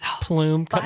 plume